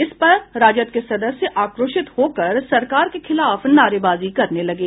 इस पर राजद के सदस्य आक्रोशित होकर सरकार के खिलाफ नारेबाजी करने लगे